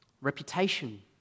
reputation